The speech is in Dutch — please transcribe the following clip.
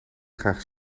graag